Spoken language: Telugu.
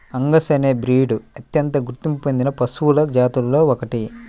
అంగస్ అనే బ్రీడ్ అత్యంత గుర్తింపు పొందిన పశువుల జాతులలో ఒకటి